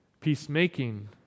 Peacemaking